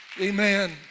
Amen